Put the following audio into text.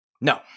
No